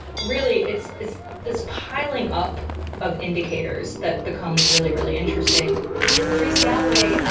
really, it's it's this piling up of indicators that becomes really, really interesting tracy alloway, ah